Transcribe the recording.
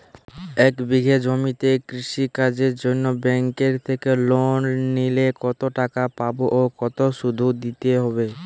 এক বিঘে জমিতে কৃষি কাজের জন্য ব্যাঙ্কের থেকে লোন নিলে কত টাকা পাবো ও কত শুধু দিতে হবে?